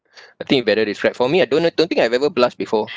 I think you better describe for me I don't I don't think I've ever blushed before